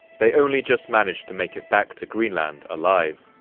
they only just managed to make it back to greenland alive.